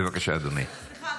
בבקשה, אדוני.